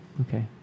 Okay